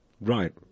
Right